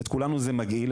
את כולנו זה מגעיל,